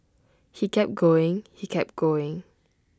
he kept going he kept going